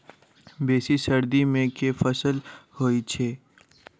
बेसी सर्दी मे केँ फसल होइ छै?